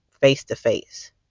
face-to-face